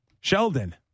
Sheldon